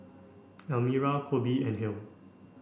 Elmira Colby and Hale